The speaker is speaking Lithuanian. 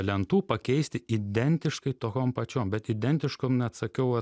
lentų pakeisti identiškai tokiom pačiom bet identiškom net sakiau vat